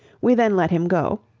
we then let him go,